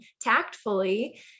tactfully